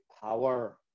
power